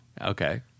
Okay